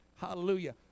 Hallelujah